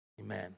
Amen